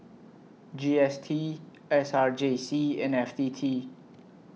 G S T S R J C and F T T